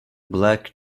black